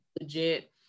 legit